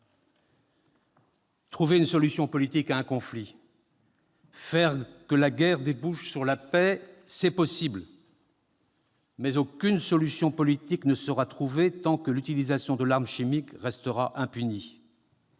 Trouver une solution politique à un conflit, faire que la guerre débouche sur la paix, c'est possible. Mais aucune solution politique ne sera trouvée tant que l'utilisation de l'arme chimique restera impunie.